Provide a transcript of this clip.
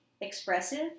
expressive